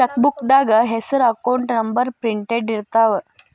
ಚೆಕ್ಬೂಕ್ದಾಗ ಹೆಸರ account number printed ಇರ್ತಾವ